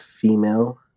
female